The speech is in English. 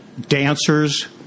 dancers